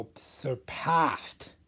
surpassed